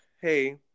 hey